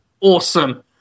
Awesome